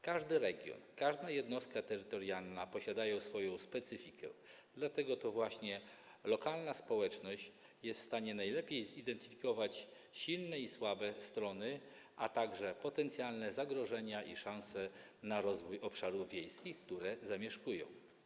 Każdy region, każda jednostka terytorialna posiada swoją specyfikę, dlatego to właśnie lokalna społeczność jest w stanie najlepiej zidentyfikować silne i słabe strony, a także potencjalne zagrożenia i szanse na rozwój obszarów wiejskich, które zamieszkuje.